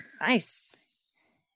Nice